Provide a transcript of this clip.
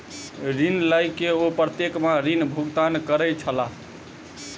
ऋण लय के ओ प्रत्येक माह ऋण भुगतान करै छलाह